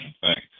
Thanks